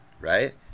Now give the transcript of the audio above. right